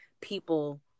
people